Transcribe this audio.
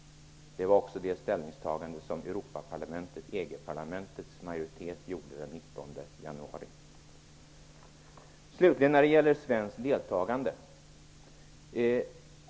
Det var också det ställningstagande som Till sist vill jag ta upp frågan om ett svenskt deltagande.